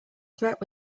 threat